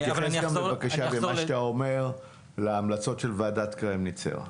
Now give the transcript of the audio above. תתייחס בבקשה גם להמלצות של ועדת קרמניצר.